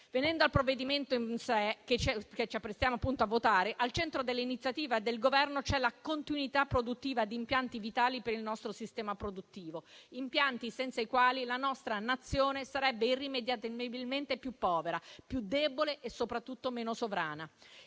Venendo al provvedimento in sé, che ci apprestiamo appunto a votare, al centro dell'iniziativa del Governo c'è la continuità produttiva di impianti vitali per il nostro sistema produttivo, impianti senza i quali la nostra Nazione sarebbe irrimediabilmente più povera, più debole e, soprattutto, meno sovrana.